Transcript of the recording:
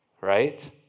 right